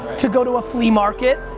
to go to a flea market,